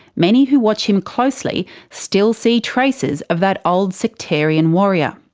many who watch him closely still see traces of that old sectarian warrior,